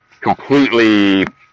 completely